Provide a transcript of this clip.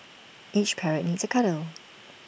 every parrot needs A cuddle